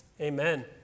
Amen